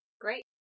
Great